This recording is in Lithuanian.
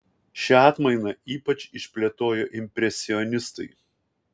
šią atmainą ypač išplėtojo impresionistai